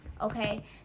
okay